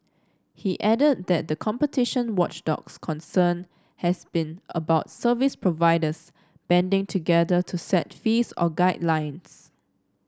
he add that the competition watchdog's concern has been about service providers banding together to set fees or guidelines